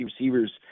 receivers